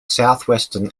southwestern